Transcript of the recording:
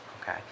Okay